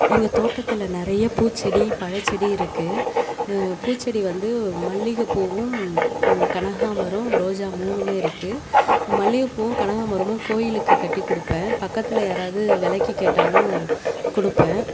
எங்கள் தோட்டத்தில் நிறைய பூச்செடி பழச்செடி இருக்குது பூச்செடி வந்து மல்லிகைப்பூவும் கனகாம்பரம் ரோஜா மூணுமே இருக்குது மல்லிகைப்பூவும் கனகாமரமும் கோவிலுக்கு கட்டி கொடுப்பேன் பக்கத்தில் யாராவது விலைக்கு கேட்டாலும் கொடுப்பேன்